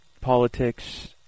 politics